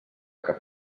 cap